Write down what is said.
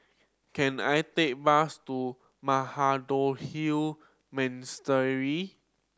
can I take a bus to Mahabodhi